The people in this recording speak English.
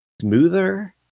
smoother